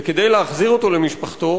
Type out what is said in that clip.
וכדי להחזיר אותו למשפחתו,